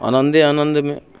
आनन्दे आनन्दमे